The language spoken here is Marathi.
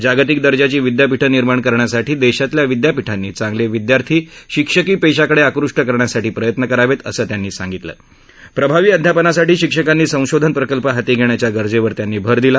जागतिक दर्जाची विदयापीठं निर्माण करण्यासाठी देशातल्या विदयापिठांनी चांगले विदयार्थी शिक्षकी पेशाकडे आकष्ट करण्यासाठी प्रयत्न करावेत असं सांगितलं प्रभावी अध्यापनासाठी शिक्षकांनी संशोधन प्रकल्प हाती घेण्याच्या गरजेवर त्यांनी भर दिला